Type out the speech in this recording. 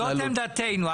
זאת עמדתנו.